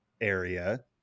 area